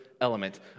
element